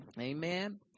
Amen